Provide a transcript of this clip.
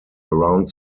around